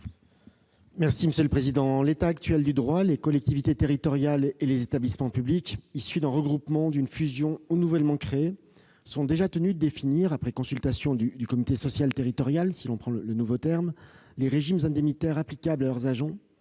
secrétaire d'État. En l'état actuel du droit, les collectivités territoriales et les établissements publics issus d'un regroupement, d'une fusion ou nouvellement créés sont déjà tenus de définir, après consultation du comité social territorial, si l'on prend le nouveau terme, les régimes indemnitaires applicables à leurs agents